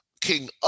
King